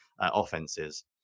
offenses